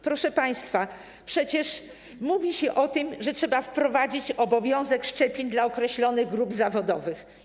Proszę państwa, przecież mówi się o tym, że trzeba wprowadzić obowiązek szczepień dla określonych grup zawodowych.